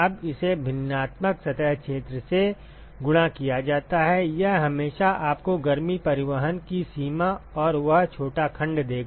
अब इसे भिन्नात्मक सतह क्षेत्र से गुणा किया जाता है यह हमेशा आपको गर्मी परिवहन की सीमा और वह छोटा खंड देगा